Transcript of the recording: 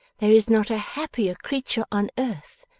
there is not a happier creature on earth,